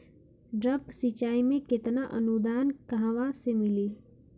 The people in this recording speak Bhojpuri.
ड्रिप सिंचाई मे केतना अनुदान कहवा से मिली?